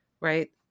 right